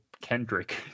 kendrick